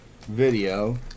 video